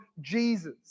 Jesus